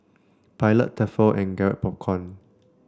Pilot Tefal and Garrett Popcorn